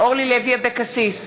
אורלי לוי אבקסיס,